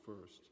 first